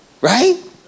Right